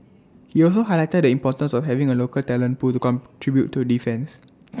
he also highlighted the importance of having A local talent pool to contribute to defence